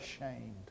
ashamed